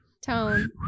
Tone